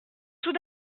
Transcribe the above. tout